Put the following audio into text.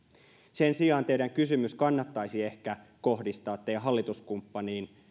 sen sijaan teidän kysymyksenne kannattaisi ehkä kohdistaa teidän hallituskumppaniinne